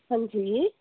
ਹਾਂਜੀ